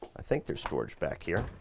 i think there's storage back here.